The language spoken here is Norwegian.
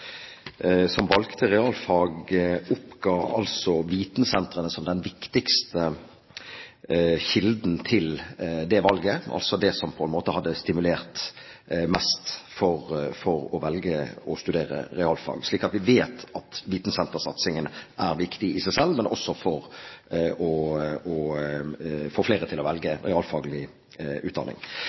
realfag, oppga vitensentrene som den viktigste kilden til det valget, altså det som hadde stimulert mest til å studere realfag. Så vi vet at vitensentersatsingen er viktig i seg selv, men også for å få flere til å velge realfaglig utdanning.